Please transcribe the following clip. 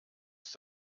ist